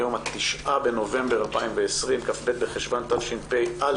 היום ה-9 בנובמבר 2020, כ"ב בחשון תשפ"א.